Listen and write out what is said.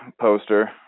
poster